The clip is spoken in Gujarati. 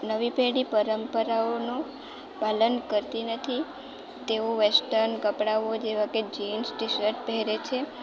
નવી પેઢી પરંપરાઓનું પાલન કરતી નથી તેઓ વેસ્ટન કપડાઓ જેવા કે જીન્સ ટી શર્ટ પહેરે છે